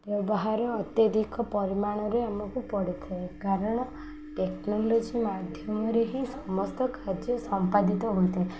ବ୍ୟବହାର ଅତ୍ୟଧିକ ପରିମାଣରେ ଆମକୁ ପଡ଼ିଥାଏ କାରଣ ଟେକ୍ନୋଲୋଜି ମାଧ୍ୟମରେ ହିଁ ସମସ୍ତ କାର୍ଯ୍ୟ ସମ୍ପାଦିତ ହୋଇଥାଏ